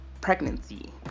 pregnancy